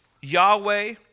Yahweh